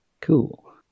Cool